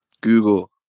Google